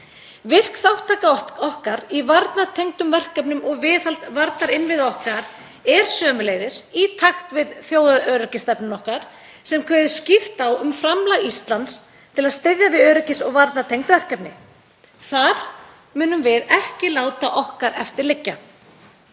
Virk þátttaka okkar í varnartengdum verkefnum og viðhald varðarinnviða okkar er sömuleiðis í takt við þjóðaröryggisstefnu okkar sem kveður skýrt á um framlag Íslands til að styðja við öryggis- og varnartengd verkefni. Þar munum við ekki láta okkar eftir liggja.